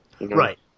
Right